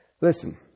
Listen